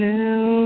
now